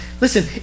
Listen